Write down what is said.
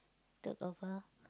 took over